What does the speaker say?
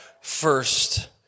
first